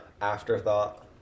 afterthought